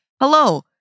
Hello